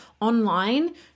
online